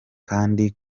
kandi